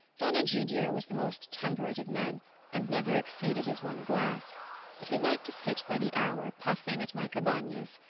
don egidio was the most temperate of men and never exceeded his one glass but he liked to sit by the hour puffing at my cabanas,